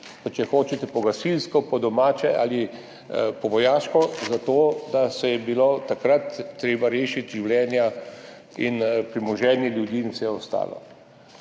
če hočete, po gasilsko, po domače, ali po vojaško, zato ker je bilo takrat treba rešiti življenja in premoženje ljudi in vse ostalo.